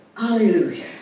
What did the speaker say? Hallelujah